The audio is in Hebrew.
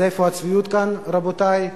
אז איפה הצביעות כאן, רבותי.